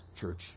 Church